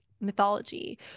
mythology